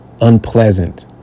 unpleasant